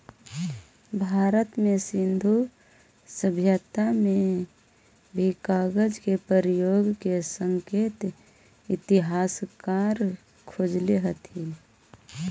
भारत में सिन्धु सभ्यता में भी कागज के प्रयोग के संकेत इतिहासकार खोजले हथिन